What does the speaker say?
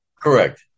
Correct